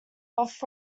off